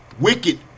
wicked